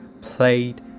played